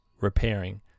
repairing